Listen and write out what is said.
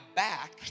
back